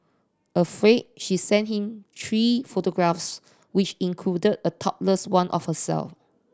afraid she sent him three photographs which included a topless one of herself